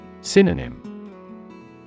Synonym